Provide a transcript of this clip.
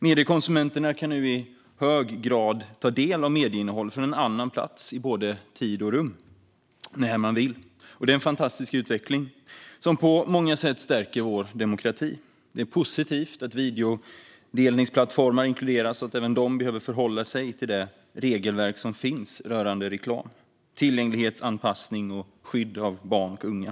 Mediekonsumenterna kan nu i hög grad ta del av medieinnehåll från en annan plats i både tid och rum, när de vill. Det är en fantastisk utveckling som på många sätt stärker vår demokrati. Det är positivt att videodelningsplattformar inkluderas så att även de behöver förhålla sig till det regelverk som finns rörande reklam, tillgänglighetsanpassning och skydd av barn och unga.